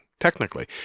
Technically